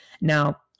Now